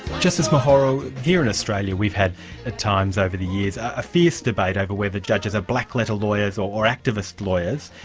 justice mokgoro, here in australia we've had at times over the years a fierce debate over whether judges are black-letter lawyers or or activist lawyers.